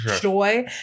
joy